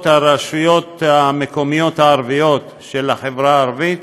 הרשויות המקומיות הערביות של החברה הערבית